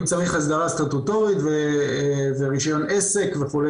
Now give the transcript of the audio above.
אם צריך הסדרה סטטוטורית ורישיון עסק וכו',